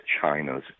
China's